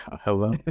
hello